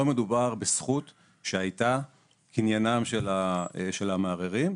מדובר בזכות שהייתה קניינם של המערערים.